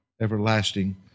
everlasting